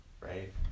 right